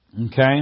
Okay